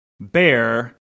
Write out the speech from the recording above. Bear